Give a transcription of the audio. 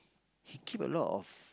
he keep a lot of